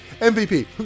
MVP